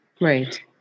Right